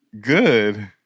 good